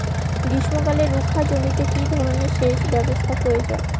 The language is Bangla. গ্রীষ্মকালে রুখা জমিতে কি ধরনের সেচ ব্যবস্থা প্রয়োজন?